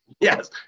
yes